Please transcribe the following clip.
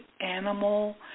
animal